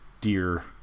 dear